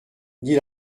dit